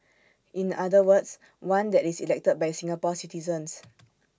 in other words one that is elected by Singapore citizens